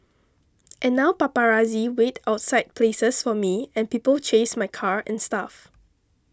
and now paparazzi wait outside places for me and people chase my car and stuff